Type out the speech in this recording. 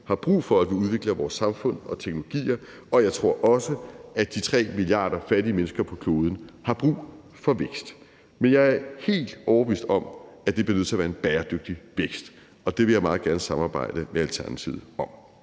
har brug for, at vi udvikler vores samfund og teknologier, og jeg tror også, at de 3 milliarder fattige mennesker på kloden har brug for vækst. Men jeg er helt overbevist om, at det bliver nødt til at være en bæredygtig vækst, og det vil jeg meget gerne samarbejde med Alternativet om.